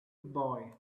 boy